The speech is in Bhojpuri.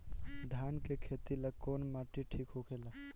धान के खेती ला कौन माटी ठीक होखेला?